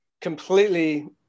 completely